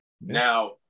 now